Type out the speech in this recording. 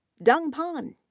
deng pan,